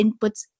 inputs